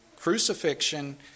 crucifixion